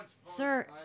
sir